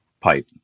pipe